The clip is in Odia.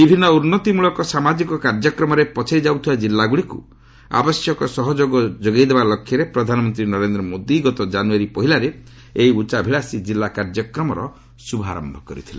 ବିଭିନ୍ନ ଉନ୍ନତିମୂଳକ ସାମାଜିକ କାର୍ଯ୍ୟକ୍ରମରେ ପଛେଇ ଯାଉଥିବା ଜିଲ୍ଲାଗୁଡ଼ିକୁ ଆବଶ୍ୟକ ସହଯୋଗ ଯୋଗାଇ ଦେବା ଲକ୍ଷ୍ୟରେ ପ୍ରଧାନମନ୍ତ୍ରୀ ନରେନ୍ଦ୍ର ମୋଦୀ ଗତ ଜାନୁୟାରୀ ପହିଲାରେ ଏହି ଉଚ୍ଚାଭିଳାଷୀ ଜିଲ୍ଲା କାର୍ଯ୍ୟକ୍ରମର ଶୁଭାରମ୍ଭ କରିଥିଲେ